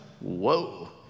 Whoa